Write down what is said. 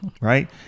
right